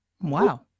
Wow